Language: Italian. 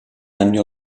anni